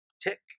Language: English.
tick